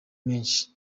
menshi